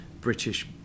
British